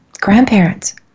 Grandparents